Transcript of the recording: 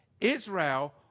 Israel